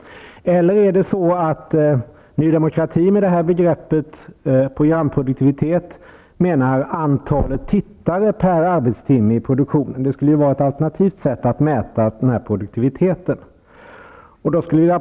Eller menar Ny Demokrati med begreppet programproduktivitet antalet tittare per arbetstimme i produktionen? Det skulle ju vara ett alternativt sätt att mäta produktiviteten.